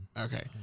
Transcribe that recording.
Okay